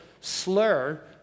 slur